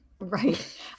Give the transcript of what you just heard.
Right